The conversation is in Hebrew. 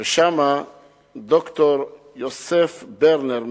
ושם ד"ר יוסף ברנר,